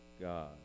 God